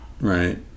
Right